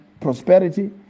prosperity